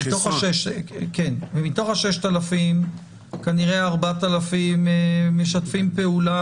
מתוך ה-6,000 כנראה 4,000 משתפים פעולה